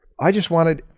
i just wanted